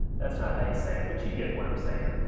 that's not how you say it but you get what i'm saying.